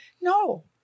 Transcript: No